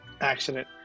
accident